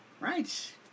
Right